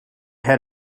had